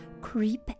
creep